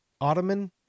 Ottoman